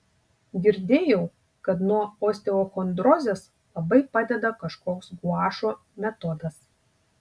girdėjau kad nuo osteochondrozės labai padeda kažkoks guašo metodas